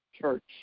church